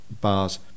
bars